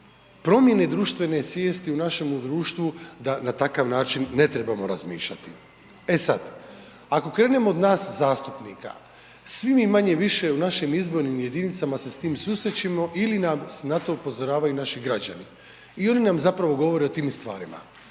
promjene društvene svijesti u našemu društvu da na takav način ne trebamo razmišljati. E sad, ako krenemo od nas zastupnika, svi mi manje-više u našim izbornim jedinicama se sa time susrećemo ili nas na to upozoravaju naših građani i oni nam zapravo govore o tim stvarima.